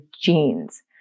genes